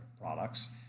products